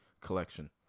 collection